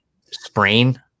sprain